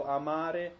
amare